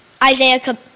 Isaiah